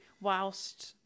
whilst